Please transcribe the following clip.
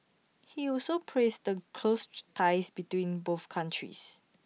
he also praised the close ties between both countries